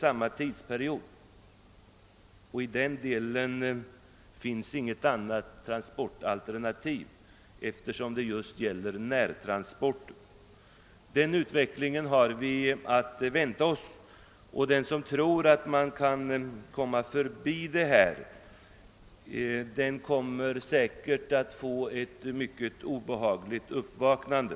I fråga om de sistnämnda transporterna finns inget transportalternativ, eftersom det just gäller närtransporter. Den utvecklingen har vi att vänta, och den som tror att man kan komma förbi detta får säkerligen ett mycket obehagligt uppvaknande.